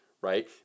right